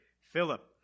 Philip